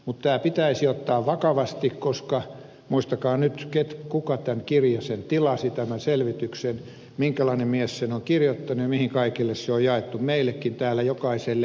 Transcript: mutta tämä pitäisi ottaa vakavasti koska muistakaa nyt kuka tämän kirjasen selvityksen tilasi minkälainen mies sen on kirjoittanut ja minne kaikkialle se on jaettu meillekin täällä jokaiselle